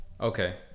okay